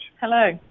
Hello